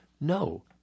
No